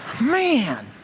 Man